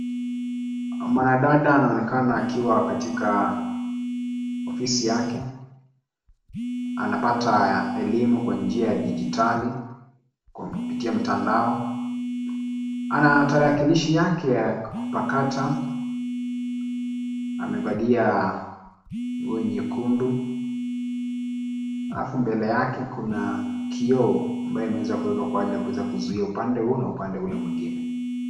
Mwanadada anaonekana akiwa katika ofisi yake. Anapata elimu kwa njia ya digitali Kwa kupitia mtandao. Ana tarakilishi yake ya kupakata. Amevalia nguo nyekundu, alafu mbele yake kuna kioo ambayo imewekwa kwa ajili ya kuweza kuzuia upande hio na upande ule mwingine.